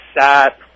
sat